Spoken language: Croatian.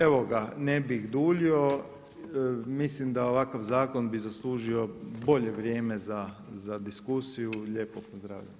Evo ga, ne bih duljio, mislim da ovakav zakon bi zaslužio bolje vrijeme za diskusiju, lijepo pozdravljam.